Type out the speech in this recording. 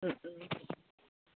ꯎꯝ ꯎꯝ